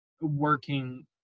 working